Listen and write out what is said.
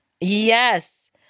Yes